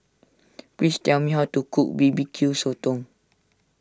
please tell me how to cook B B Q Sotong